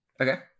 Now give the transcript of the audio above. okay